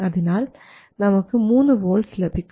അതിനാൽ നമുക്ക് 3 വോൾട്ട്സ് ലഭിക്കും